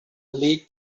lee